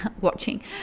watching